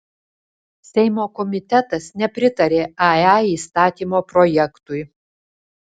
seimo komitetas nepritarė ae įstatymo projektui